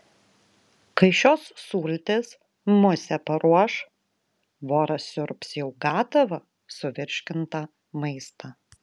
kai šios sultys musę paruoš voras siurbs jau gatavą suvirškintą maistą